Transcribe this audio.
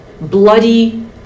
bloody